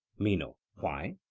meno why?